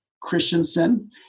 Christensen